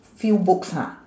few books ha